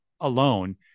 alone